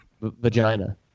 Vagina